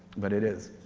but it is.